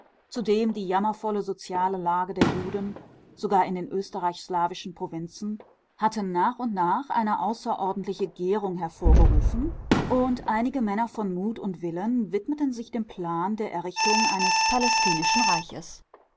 zudem die jammervolle soziale lage der juden sogar in den österreichisch slawischen provinzen hatten nach und nach eine außerordentliche gärung hervorgerufen und einige männer von mut und willen widmeten sich dem plan der errichtung eines palästinischen reiches